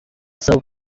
serve